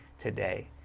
today